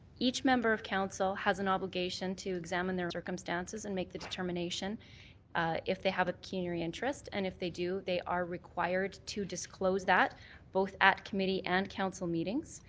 each member of council has an obligation to examine their own circumstances and make the determination if they have a pecuniary interest and if they do they are required to disclose that both at committee and council meeting.